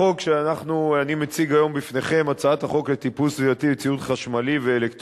פסולת אחרים כדי לצמצם את ההשפעות הסביבתיות השליליות הנובעות ממנה.